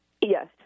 Yes